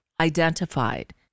identified